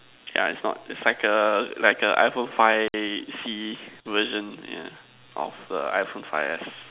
yeah it's not it's like a like a iPhone five C version yeah of the iPhone five S